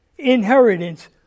inheritance